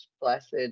blessed